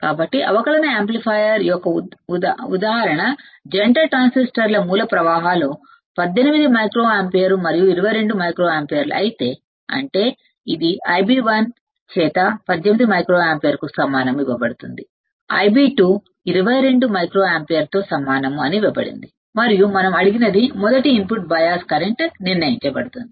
కాబట్టి అవకలన యాంప్లిఫైయర్ యొక్క ఉద్గారిణి జంట ట్రాన్సిస్టర్ల మూల కర్రెంట్లు 18 మైక్రోయాంపియర్ మరియు 22 మైక్రోయాంపియర్ అయితే అంటే ఇదిIb1 18 మైక్రోయాంపియర్ కు సమానం ఇవ్వబడుతుంది Ib2 22 మైక్రోయాంపియర్ కు సమానం అని ఇవ్వబడింది మరియు మనం అడిగినది మొదటి ఇన్పుట్ బయాస్ కరెంట్ నిర్ణయించబడుతుంది